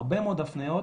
הרבה מאוד הפניות,